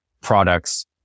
products